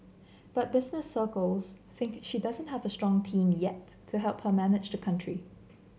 but business circles think she doesn't have a strong team yet to help her manage the country